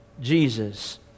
Jesus